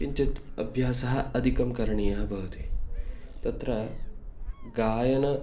किञ्चित् अभ्यासः अधिकः करणीयः भवति तत्र गायनस्य